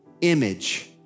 image